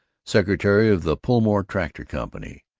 secretary of the pullmore tractor company,